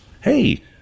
hey